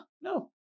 no